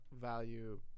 value